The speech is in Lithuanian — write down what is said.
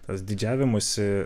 tas didžiavimosi